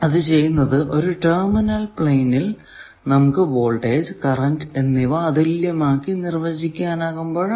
അത് ചെയ്യുമ്പോൾ നമുക്ക് ഒരു ടെർമിനൽ പ്ലെയിനിൽ വോൾടേജ് കറന്റ് എന്നിവ അതുല്യമായി നിർവചിക്കാനാകും